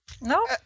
No